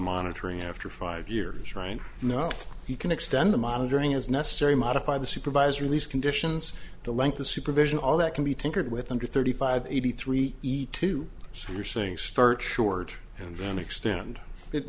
monitoring after five years right now he can extend the monitoring as necessary modify the supervise release conditions the length the supervision all that can be tinkered with under thirty five eighty three eat too so you're saying start short and then extend it